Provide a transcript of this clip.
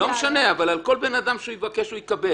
לא משנה, אבל על כל אדם שהוא יבקש, הוא יקבל.